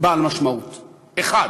בעל משמעות אחד,